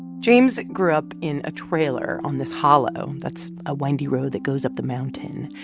james grew up in a trailer on this hollow. that's a windy road that goes up the mountain.